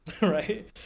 right